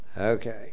Okay